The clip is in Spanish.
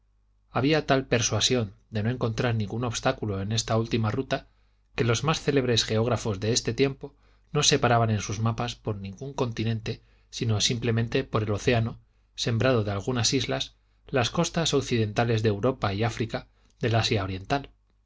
había tal persuasión de no encontrar ningún obstáculo en esta última ruta que los más célebres geógrafos de este tiempo no separaban en sus mapas por ningún continente sino simplemente por el océano sembrado de algunas islas las costas occidentales de europa y áfrica del asia oriental